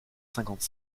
cinquante